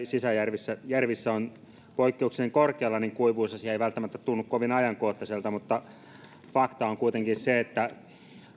sisäjärvissä ovat poikkeuksellisen korkealla niin kuivuusasia ei välttämättä tunnu kovin ajankohtaiselta fakta on kuitenkin se että